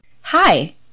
Hi